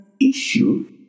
issue